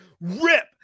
rip